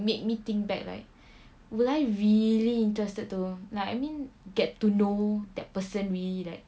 make me think back like will I really interested to like I mean get to know that person really like